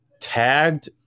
tagged –